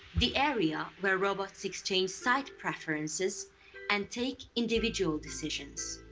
the area where robots exchange site preferences and take individual decisions.